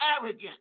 arrogant